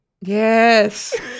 Yes